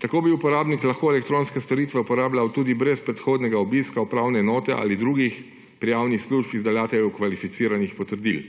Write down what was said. Tako bi uporabnik lahko elektronske storitve uporabljal tudi brez predhodnega obiska upravne enote ali drugih prijavnih služb izdajateljev kvalificiranih potrdil.